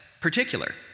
particular